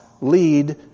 lead